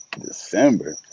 december